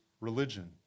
religion